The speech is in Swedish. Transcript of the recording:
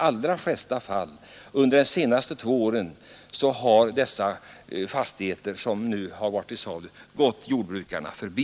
många fall under de senaste två åren har de fastigheter som varit till salu gått jordbrukarna förbi.